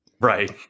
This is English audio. Right